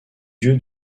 dieu